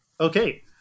Okay